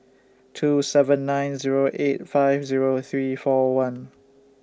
two seven nine Zero eight five Zero three four one